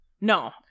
No